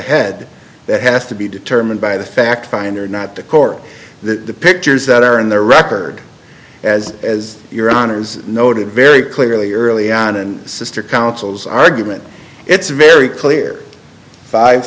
head that has to be determined by the fact finder not the court that the pictures that are in the record as as your honour's noted very clearly early on and sister counsel's argument it's very clear five